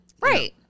Right